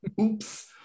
Oops